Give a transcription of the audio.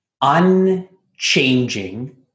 unchanging